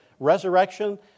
Resurrection